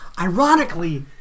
Ironically